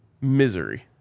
misery